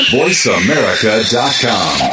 voiceamerica.com